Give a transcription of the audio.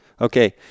Okay